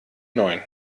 neun